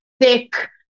thick